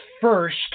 first